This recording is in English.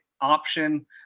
option